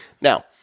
Now